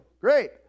Great